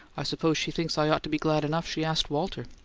i suppose she thinks i ought to be glad enough she asked walter!